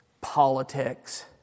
Politics